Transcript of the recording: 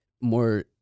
more